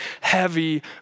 heavy